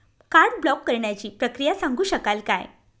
Card block करण्याची प्रक्रिया सांगू शकाल काय?